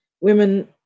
Women